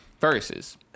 versus